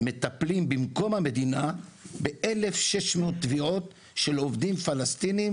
מטפלים במקום המדינה ב-1,600 תביעות של עובדי פלסטינים,